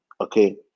okay